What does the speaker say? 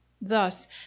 Thus